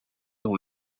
dans